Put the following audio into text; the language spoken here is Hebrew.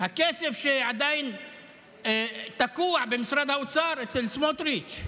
הכסף שעדיין תקוע במשרד האוצר אצל סמוטריץ',